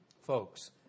Folks